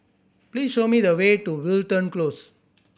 please show me the way to Wilton Close